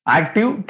active